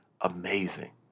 amazing